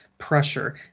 pressure